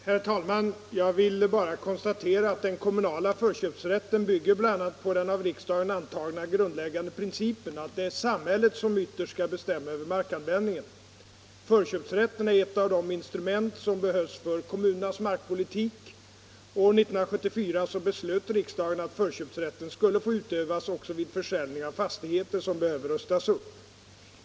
Herr talman! Jag vill bara konstatera att den kommunala förköpsrätten bygger på bl.a. den av riksdagen antagna grundläggande principen att det är samhället som ytterst skall bestämma över markanvändningen. Förköpsrätten är ett av instrumenten för kommunernas markpolitik. År 1974 beslöt riksdagen att förköpsrätten skulle få utövas också vid försäljning av fastigheter som behöver rustas upp.